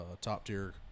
top-tier